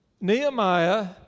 Nehemiah